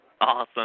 Awesome